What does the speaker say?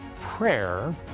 prayer